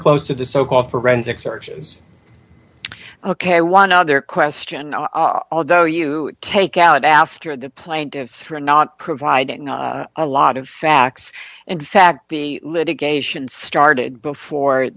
close to the so called forensic searches ok one other question although you take out after the plaintiffs for not providing a lot of facts and fact the litigation started before